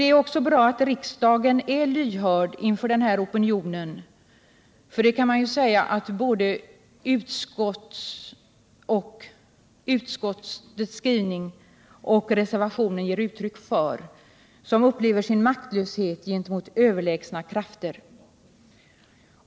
Det är också bra att riksdagen är lyhörd inför den här opinionen, 51 som upplever sin maktlöshet inför överlägsna krafter. En sådan lyhördhet kan man säga att både utskottets skrivning och reservationen ger uttryck för.